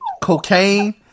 cocaine